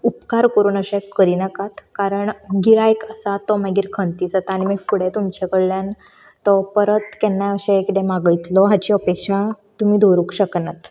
उपकार करून अशें करिनाकात कारण गिरायक आसा तो मागीर खंती जाता मागीर फुडें तुमचे कडल्यान तो परत केन्नाय अशें कितें मागयतलो हाची अपेक्षा तुमी दवरूंक शकनात